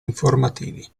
informativi